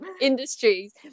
industries